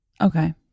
Okay